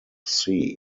sea